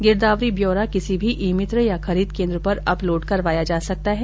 गिरदावरी ब्यौरा किसी भी ई मित्र या खरीद केन्द्र पर अपलोड़ करवाया जा सकता है